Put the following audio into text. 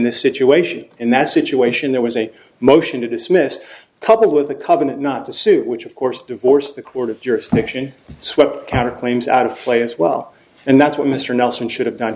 this situation in that situation there was a motion to dismiss coupled with a covenant not the suit which of course divorced the court of jurisdiction swept counterclaims out of flight as well and that's what mr nelson should have done